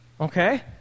Okay